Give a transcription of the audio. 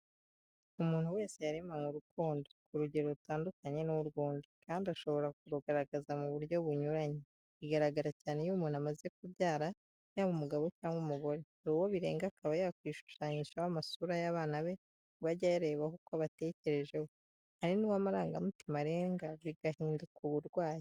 Umuntu wese yaremanywe urukundo ku rugero rutandukanye n'urw'undi, kandi ashobora kurugaragaza mu buryo bunyuranye. Bigaragara cyane iyo umuntu amaze kubyara, yaba umugabo cyangwa umugore, hari uwo birenga akaba yakwishushanyishaho amasura y'abana be ngo ajye ayarebaho uko abatekerejeho, hari n'uwo amarangamutima arenga bigahinduka uburwayi.